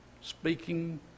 speaking